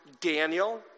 Daniel